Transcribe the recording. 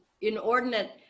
inordinate